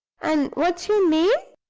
and what's your name?